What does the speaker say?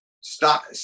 stop